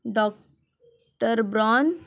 doctor brown